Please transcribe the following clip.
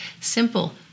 simple